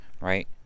right